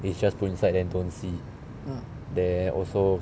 it's just put inside then don't see then also